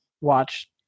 watch